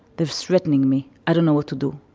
they're threatening me. i don't know what to do.